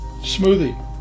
smoothie